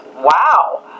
Wow